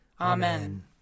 Amen